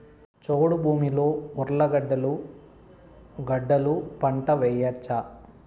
చౌడు భూమిలో ఉర్లగడ్డలు గడ్డలు పంట వేయచ్చా?